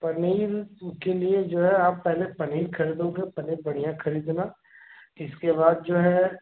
पनीर के लिए जो है आप पहले पनीर खरीदोगे पनीर बढ़िया खरीदना इसके बाद जो है